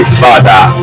father